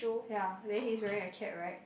ya then he's wearing a cap right